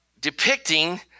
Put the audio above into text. depicting